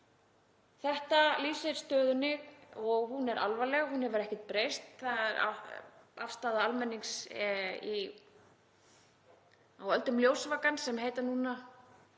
Þetta lýsir stöðunni og hún er alvarleg og hún hefur ekkert breyst. Afstaða almennings á öldum ljósvakans, sem heitir núna